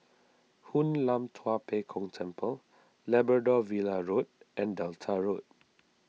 Hoon Lam Tua Pek Kong Temple Labrador Villa Road and Delta Road